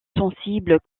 sensible